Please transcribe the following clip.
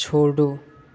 छोड़ो